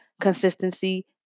consistency